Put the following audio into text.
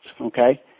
okay